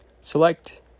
Select